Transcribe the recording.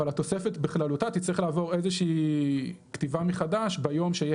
אבל התוספת בכללותה תצטרף לעבור איזושהי כתיבה מחדש ביום שיהיה